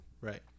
Right